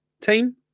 team